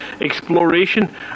exploration